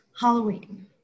Halloween